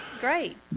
great